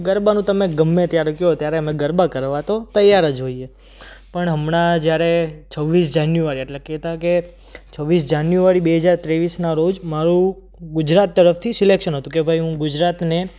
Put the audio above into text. ગરબાનું તમે ગમે ત્યારે કહો ત્યારે અમે ગરબા કરવા તો તૈયાર જ હોઈએ પણ હમણાં જ્યારે છવ્વીસ જાન્યુઆરી એટલે કહેતા કે છવ્વીસ જાન્યુઆરી બે હજાર ત્રેવીસના રોજ મારું ગુજરાત તરફથી સિલેક્શન હતું કે ભાઈ હું ગુજરાતને